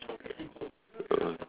uh